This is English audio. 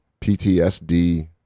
PTSD